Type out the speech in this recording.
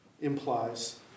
implies